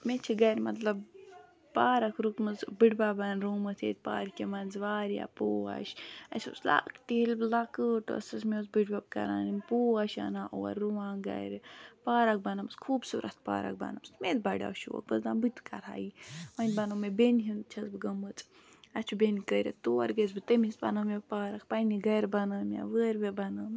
مےٚ چھِ گَرِ مطلب پارَک رُکمٕژ بٔڈ بَبَن رُومٕژ ییٚتہِ پارکہِ منٛز واریاہ پوش اَسہِ اوس لۄکٹہِ ییٚلہِ بہٕ لَۄکۭٹ ٲسٕس مےٚ اوس بٔڈۍ بَب کَران یِم پوش اَنان رُوان گَرِ پارک بَنٲومٕژ خوٗبصوٗرت پارک بَنٲومٕژ مےٚ تہِ بڈیٛاو شوق بہٕ ٲسٕس دَپان بہٕ تہِ کَرٕہا یہِ وَنہِ بَنوو مےٚ بیٚنہِ ہُنٛد چھَس بہٕ گٔمٕژ اَسہِ چھُ بیٚنہِ کٔرِتھ تور گٔیَس بہٕ تٔمِس بَنٲو مےٚ پارک پنٛنہِ گَرِ بنٲو مےٚ وٲرۍوِ بَنٲوٕم